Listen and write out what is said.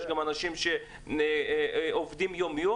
יש גם שכירים, יש גם אנשים שעובדים יום יום.